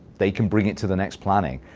they can bring it to the next planning.